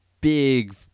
big